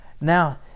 now